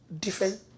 different